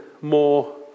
more